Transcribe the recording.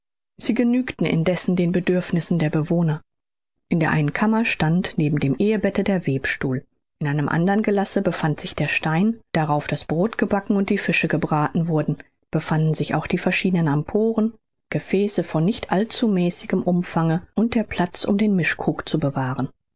sie genügten indessen den bedürfnissen der bewohner in der einen kammer stand neben dem ehebette der webstuhl in einem andern gelasse befand sich der stein darauf das brot gebacken und die fische gebraten wurden befanden sich auch die verschiedenen amphoren gefäße von nicht allzu mäßigem umfange und der platz um den mischkrug zu bewahren